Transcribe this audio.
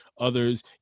others